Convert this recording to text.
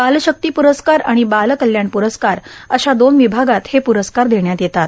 बाल शक्ती प्रस्कार आणि बाल कल्याण प्रस्कार अशा दोन विभागात हे प्रस्कार देण्यात येतात